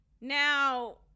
Now